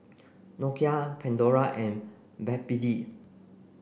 Nokia Pandora and Backpedic